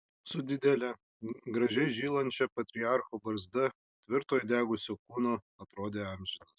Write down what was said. su didele gražiai žylančia patriarcho barzda tvirto įdegusio kūno atrodė amžinas